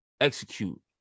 execute